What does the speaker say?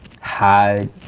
hide